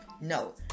No